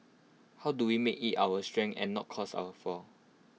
how do we make IT our strength and not cause our fall